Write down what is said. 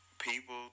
people